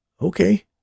Okay